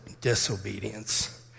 disobedience